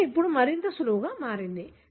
ఇది ఇప్పుడు మరింత సులువుగా మారింది